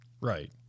Right